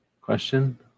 question